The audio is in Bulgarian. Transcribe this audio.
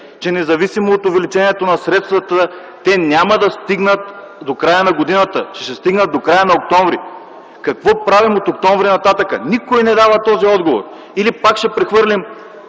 че независимо от увеличението на средствата те няма да стигнат до края на годината, ще стигнат до края на октомври. Какво правим от м. октомври нататък? Никой не дава този отговор. Или пак ще прехвърлим